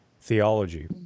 theology